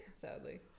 Sadly